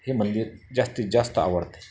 हे मंदिर जास्तीत जास्त आवडते